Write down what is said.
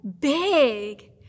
big